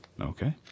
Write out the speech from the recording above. Okay